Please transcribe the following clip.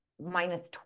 minus